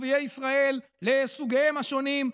ערביי ישראל לסוגיהם השונים,